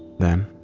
then.